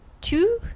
two